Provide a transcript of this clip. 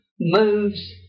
moves